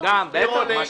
מפיל.